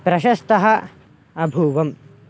प्रशस्तः अभूवम्